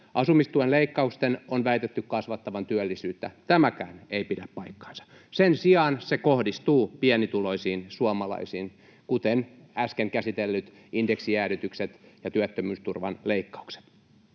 Asumistuen leikkausten on väitetty kasvattavan työllisyyttä, tämäkään ei pidä paikkaansa. Sen sijaan se kohdistuu pienituloisiin suomalaisiin, kuten äsken käsitellyt indeksijäädytykset ja työttömyysturvan leikkaukset.